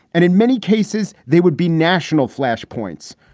and in many cases, they would be national flashpoints.